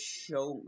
show